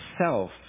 self